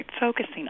focusing